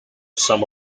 some